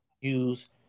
use